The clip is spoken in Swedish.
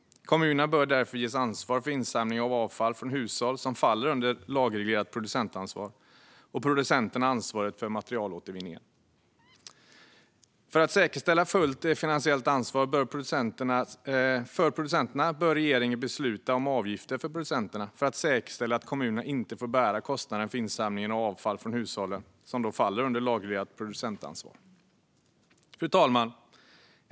Kommunerna bör därför ges ansvar för insamlingen av avfall från hushåll som faller under ett lagreglerat producentansvar, och producenterna har ansvaret för materialåtervinningen. För att säkerställa fullt finansiellt ansvar för producenterna bör regeringen besluta om avgifter för producenterna. Då säkerställer man att kommunerna inte får bära kostnaden för insamlingen av avfall från hushållen, som då faller under lagreglerat producentansvar. Fru talman!